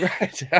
right